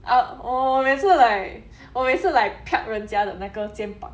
up 我每次 like 我每次 like piak 人家的那个肩膀